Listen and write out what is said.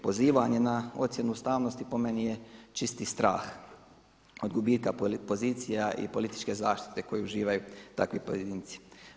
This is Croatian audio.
Pozivanje na ocjenu ustavnosti po meni je čisti strah od gubitka pozicija i političke zaštite koju uživaju takvi pojedinci.